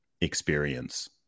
experience